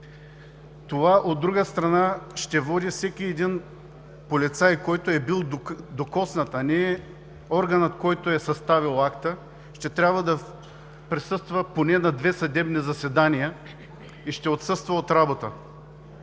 Това, от друга страна, ще води всеки един полицай, който е бил докоснат, а не органът, който е съставил акта, да присъства поне на две съдебни заседания и ще отсъства от работа.